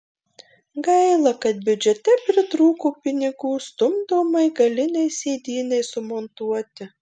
gaila kad biudžete pritrūko pinigų stumdomai galinei sėdynei sumontuoti